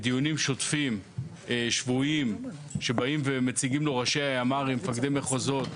מתקיימים דיונים שבועיים בהם נוכחים מפקדי מחוזות,